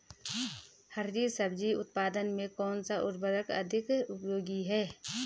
हरी सब्जी उत्पादन में कौन सा उर्वरक अत्यधिक उपयोगी है?